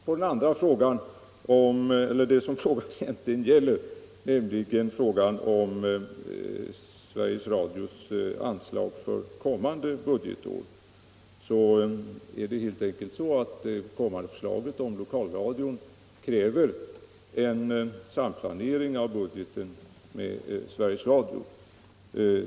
Med det frågan egentligen gäller — Sveriges Radios anslag för kommande budgetår — förhåller det sig så att förslaget om lokalradion kräver en samplanering av budgeten med Sveriges Radio.